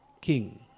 king